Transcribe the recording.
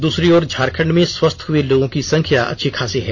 दूसरी ओर झारखंड में स्वस्थ हुये लोगों की संख्या अच्छी खासी है